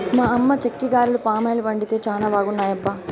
మా అమ్మ చెక్కిగారెలు పామాయిల్ వండితే చానా బాగున్నాయబ్బా